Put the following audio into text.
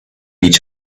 each